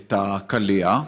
את הקליע.